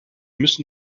müssen